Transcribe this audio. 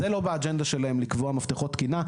זה לא באג'נדה שלהם לקבוע מפתחות תקינה.